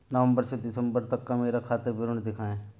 नवंबर से दिसंबर तक का मेरा खाता विवरण दिखाएं?